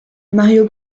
mario